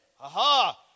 Aha